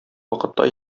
вакытта